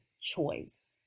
choice